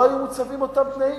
לא היו מוצבים אותם תנאים,